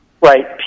Right